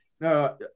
No